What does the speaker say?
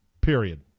period